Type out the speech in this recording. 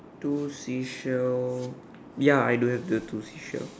two seashell ya I don't have the two seashell